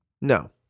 No